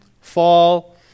fall